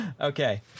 Okay